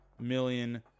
million